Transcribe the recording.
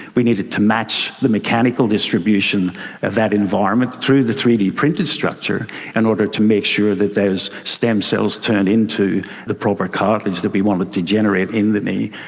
we needed to match the mechanical distribution of that environment through the three d printed structure in and order to make sure that those stem cells turn into the proper cartilage that we wanted to generate in the knee.